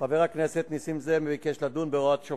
חבר הכנסת נסים זאב שאל את השר לביטחון פנים ביום י"א בתמוז תש"ע (23